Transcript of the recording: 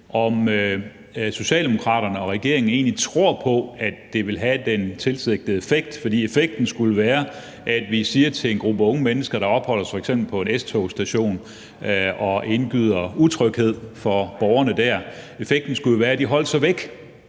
om Socialdemokraterne og regeringen egentlig tror på, at det vil have den tilsigtede effekt. For effekten skulle jo være, hvis vi siger til en gruppe unge mennesker, der opholder sig f.eks. på en S-togsstation og indgyder utryghed blandt borgere der, at de holder sig væk,